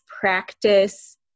practice